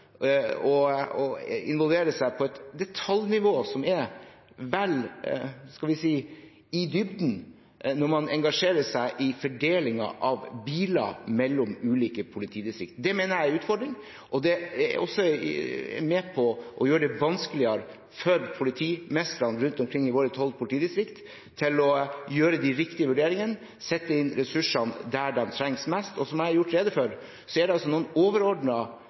å involvere seg på et detaljnivå som går vel i dybden – når man engasjerer seg i fordelingen av biler mellom ulike politidistrikt. Det mener jeg er en utfordring. Det er også med på å gjøre det vanskeligere for politimestrene rundt omkring i våre tolv politidistrikt å gjøre de riktige vurderingene, sette inn ressursene der de trengs mest. Som jeg har gjort rede for, er det noen overordnede hensyn som er ivaretatt i fordelingen av disse ressursene. Det